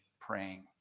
praying